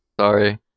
Sorry